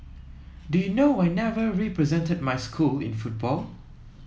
do you know I never represented my school in football